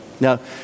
now